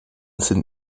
sind